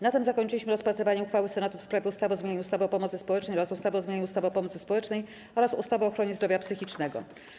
Na tym zakończyliśmy rozpatrywanie uchwały Senatu w sprawie ustawy o zmianie ustawy o pomocy społecznej oraz ustawy o zmianie ustawy o pomocy społecznej oraz ustawy o ochronie zdrowia psychicznego.